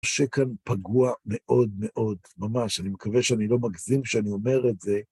קשה כאן פגוע מאוד מאוד, ממש, אני מקווה שאני לא מגזים שאני אומר את זה.